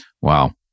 Wow